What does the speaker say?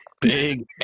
Big